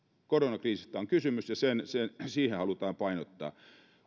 koronakriisistä on kysymys ja sitä halutaan painottaa